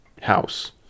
house